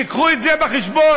תביאו את זה בחשבון.